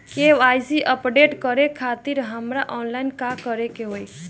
KYC update करे खातिर हमरा ऑनलाइन का करे के होई?